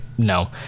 no